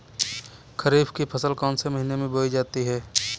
खरीफ की फसल कौन से महीने में बोई जाती है?